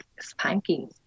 spanking